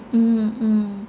mm mm